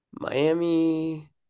Miami